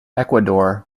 ecuador